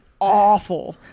awful